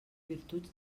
virtuts